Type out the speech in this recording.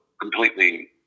completely